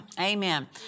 Amen